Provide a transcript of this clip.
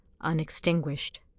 unextinguished